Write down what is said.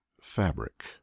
fabric